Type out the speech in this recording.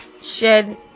shed